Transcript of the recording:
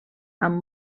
amb